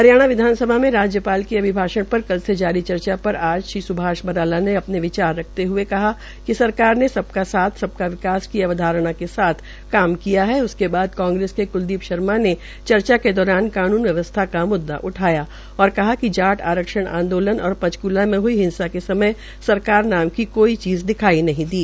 हरियाणा विधानसभा में राज्य पाल के अभिभाषण पर कल चर्चा जारी पर आज श्री सुभाष बराला ने अपने विचार रखते हए कहा कि सरकार ने सबका साथ सबका विकास की अवधारणा के साथ काम किया है उसके बाद कांग्रेस के क्लदीप शर्मा ने चर्चा के दौरान कानून व्यवस्था का मुददा उठाया और कहा कि जाट आरक्षण आंदोलन और पंचक्ला में हई हिंसा के समय सरकार नाम की कोई चीज़ दिखाई नहीं दी